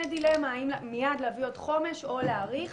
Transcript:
דילמה אם מיד להביא עוד חומש או להאריך.